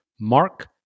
Mark